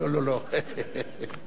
לא,